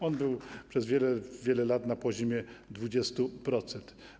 On był przez wiele, wiele lat na poziomie 20%.